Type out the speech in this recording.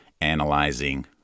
analyzing